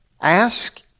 Ask